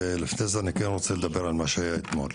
לפני כן אני רוצה לדבר על מה שהיה אתמול.